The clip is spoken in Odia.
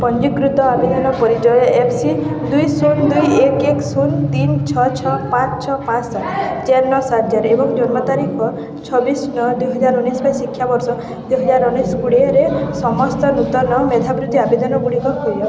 ପଞ୍ଜୀକୃତ ଆବେଦନ ପରିଚୟ ଏଫ୍ ସି ଦୁଇ ଶୂନ ଦୁଇ ଏକ ଏକ ଶୂନ ତିନି ଛଅ ଛଅ ପାଞ୍ଚ ସାତ ଚାରି ନଅ ସାତ ଚାରି ଏବଂ ଜନ୍ମତାରିଖ ପାଇଁ ଶିକ୍ଷାବର୍ଷ ଛବିଶ ନଅ ଦୁଇହଜାର ଉଣେଇଶ ଦୁଇହଜାର ଉଣେଇଶ ଦୁଇହଜାର କୋଡ଼ିଏରେ ସମସ୍ତ ନୂତନ ମେଧାବୃତ୍ତି ଆବେଦନ ଗୁଡ଼ିକ ଖୋଜ